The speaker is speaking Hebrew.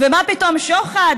ומה פתאום שוחד,